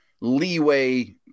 leeway